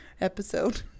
episode